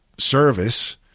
service